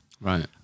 Right